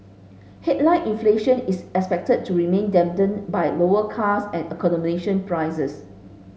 headline inflation is expected to remain dampened by lower cars and accommodation prices